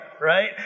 right